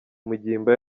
mugimba